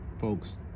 folks